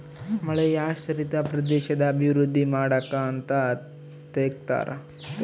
ಮಳೆಯಾಶ್ರಿತ ಪ್ರದೇಶದ ಅಭಿವೃದ್ಧಿ ಮಾಡಕ ಅಂತ ತೆಗ್ದಾರ